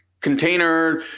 container